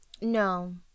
No